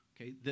Okay